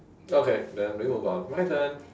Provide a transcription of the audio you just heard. okay then we move on my turn